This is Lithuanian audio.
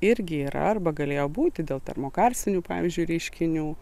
irgi yra arba galėjo būti dėl termokarstinių pavyzdžiui reiškinių